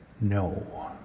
no